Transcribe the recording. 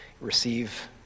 receive